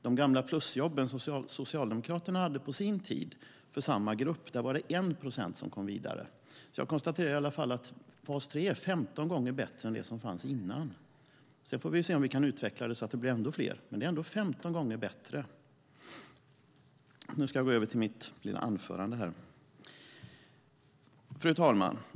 De gamla plusjobben som Socialdemokraterna hade på sin tid för samma grupp ledde till att 1 procent kom vidare. Jag konstaterar att fas 3 är 15 gånger bättre än det som fanns tidigare. Sedan får vi se om vi kan utveckla det så att det blir ännu fler, men det är ändå 15 gånger bättre. Fru talman!